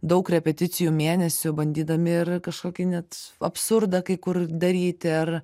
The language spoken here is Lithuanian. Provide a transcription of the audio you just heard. daug repeticijų mėnesių bandydami ir kažkokį net absurdą kai kur daryti ar